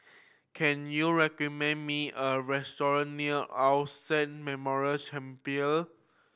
can you recommend me a restaurant near All Saint Memorial Chapel